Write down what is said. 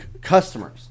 customers